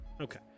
Okay